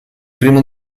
primo